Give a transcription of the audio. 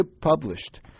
published